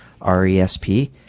RESP